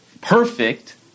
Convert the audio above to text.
perfect